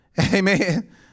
Amen